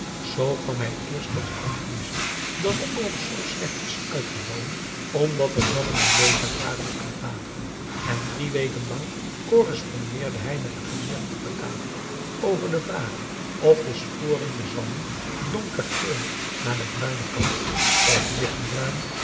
zoo kwam hij eerst tot de conclusie dat de oogst zoo slecht was uitgevallen omdat er zwammen aanwezig waren op de bladeren en drie weken lang correspondeerde hij met een geleerde te batavia over de vraag of de sporen dier zwammen donkergeel naar den bruinen kant of